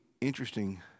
interesting